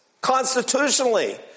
Constitutionally